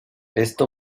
esto